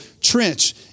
trench